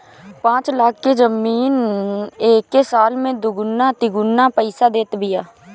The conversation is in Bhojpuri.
पाँच लाख के जमीन एके साल में दुगुना तिगुना पईसा देत बिया